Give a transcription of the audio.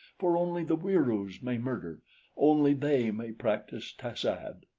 for only the wieroos may murder only they may practice tas-ad.